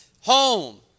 home